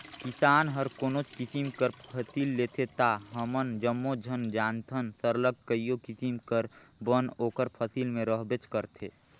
किसान हर कोनोच किसिम कर फसिल लेथे ता हमन जम्मो झन जानथन सरलग कइयो किसिम कर बन ओकर फसिल में रहबेच करथे